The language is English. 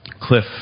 cliff